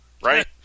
right